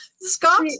Scott